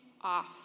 off